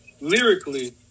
lyrically